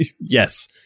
yes